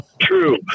True